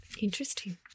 Interesting